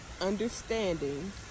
understanding